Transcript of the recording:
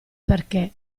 perché